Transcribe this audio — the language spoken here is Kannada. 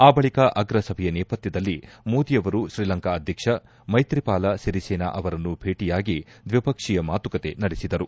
ಆ ಬಳಕ ಅಗ್ರ ಸಭೆಯ ನೇಪತ್ವದಲ್ಲಿ ಮೋದಿಯವರು ಶ್ರೀಲಂಕಾ ಅಧ್ಯಕ್ಷ ಮೈತ್ರಿಪಾಲ ಒರಿಸೇನಾ ಅವರನ್ನು ಭೇಟಿಯಾಗಿ ದ್ವೀಪಕ್ಷಿಯ ಮಾತುಕತೆ ನಡೆಸಿದರು